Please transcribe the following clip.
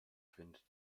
findet